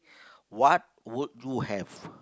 what would you have